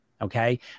okay